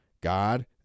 God